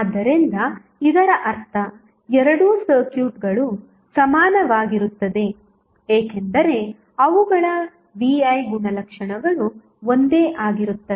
ಆದ್ದರಿಂದ ಇದರ ಅರ್ಥ ಎರಡೂ ಸರ್ಕ್ಯೂಟ್ಗಳು ಸಮಾನವಾಗಿರುತ್ತದೆ ಏಕೆಂದರೆ ಅವುಗಳ VI ಗುಣಲಕ್ಷಣಗಳು ಒಂದೇ ಆಗಿರುತ್ತವೆ